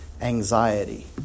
anxiety